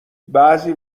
بعضی